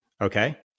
Okay